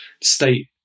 state